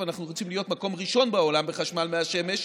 אבל אנחנו רוצים להיות מקום ראשון בעולם בחשמל מהשמש,